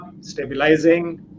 stabilizing